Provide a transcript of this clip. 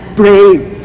brave